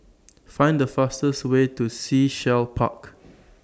Find The fastest Way to Sea Shell Park